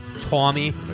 Tommy